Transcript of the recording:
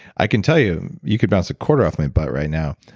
i can tell you, you could bounce a quarter off my butt right now.